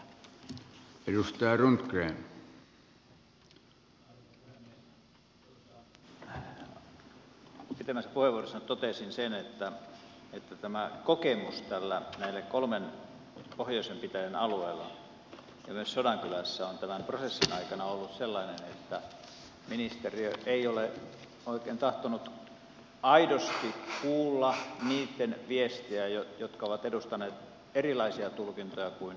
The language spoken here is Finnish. tuossa pitemmässä puheenvuorossani totesin sen että tämä kokemus näiden kolmen pohjoisen pitäjän alueella ja myös sodankylässä on tämän prosessin aikana ollut sellainen että ministeriö ei ole oikein tahtonut aidosti kuulla niitten viestiä jotka ovat edustaneet erilaisia tulkintoja kuin saamelaiskäräjien enemmistön näkemys